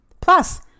Plus